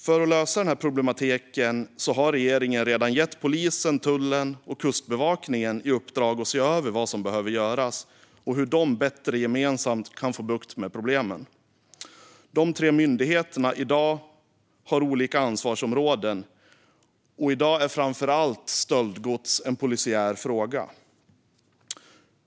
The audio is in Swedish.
För att lösa denna problematik har regeringen redan gett polisen, tullen och Kustbevakningen i uppdrag att se över vad som behöver göras och hur de bättre gemensamt kan få bukt med problemen. Dessa tre myndigheter har i dag olika ansvarsområden, och stöldgods är i dag framför allt en polisiär fråga.